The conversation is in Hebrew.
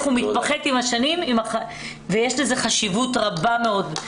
ופוחת עם השנים ויש לזה חשיבות רבה מאוד.